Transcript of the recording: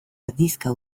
erdizka